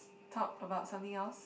talk about something else